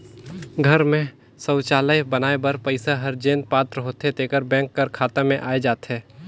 घर में सउचालय बनाए बर पइसा हर जेन पात्र होथे तेकर बेंक कर खाता में आए जाथे